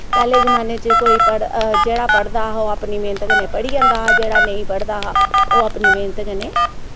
पैह्ले जमाने च कोई जेह्ड़ा पढ़दा हा ओह् अपनी मेह्नत कन्नै पढ़ी जंदा हा जेह्ड़ा नेईं पढ़दा हा ओह् अपनी मेह्नत कन्नै